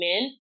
men